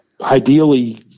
Ideally